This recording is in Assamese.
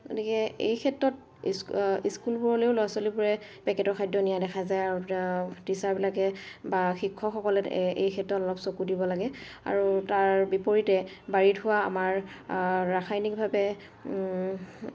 গতিকে এই ক্ষেত্ৰত স্কুলবোৰলেও ল'ৰা ছোৱালীবোৰে পেকেটৰ খাদ্য নিয়া দেখা যায় আৰু টিচাৰবিলাকে বা শিক্ষকসকলে এই ক্ষেত্ৰত অলপ চকু দিব লাগে আৰু তাৰ বিপৰীতে বাৰীত হোৱা আমাৰ ৰাসায়নিকভাৱে